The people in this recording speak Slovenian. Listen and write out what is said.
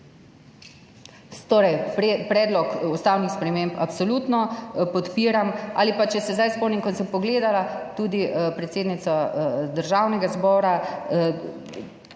Predlog ustavnih sprememb absolutno podpiram. Ali pa, če se zdaj spomnim, ko sem pogledala tudi predsednico Državnega zbora,